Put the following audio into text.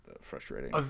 frustrating